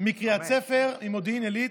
מקריית ספר, ממודיעין עילית,